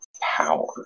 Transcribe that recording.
power